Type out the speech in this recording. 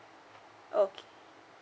okay